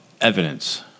evidence